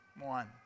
one